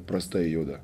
prastai juda